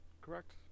correct